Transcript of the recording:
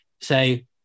say